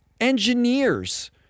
engineers